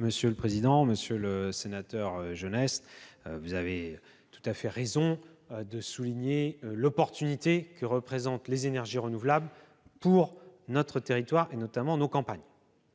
ministre d'État. Monsieur le sénateur Genest, vous avez tout à fait raison de souligner l'opportunité que représentent les énergies renouvelables pour notre territoire, notamment nos campagnes.